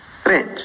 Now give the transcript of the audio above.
strange